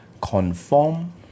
conform